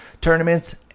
Tournaments